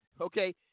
Okay